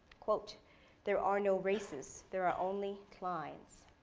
there are no races there are only clines.